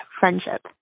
friendship